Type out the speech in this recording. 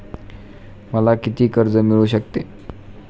मला किती कर्ज मिळू शकते?